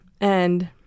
And-